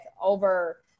over